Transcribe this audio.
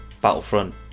Battlefront